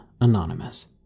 Anonymous